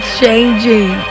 changing